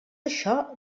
això